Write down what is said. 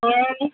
হ্যাঁ